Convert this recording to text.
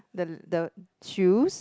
the the shoes